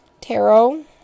tarot